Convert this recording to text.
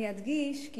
אני אדגיש כי